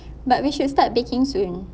but we should start baking soon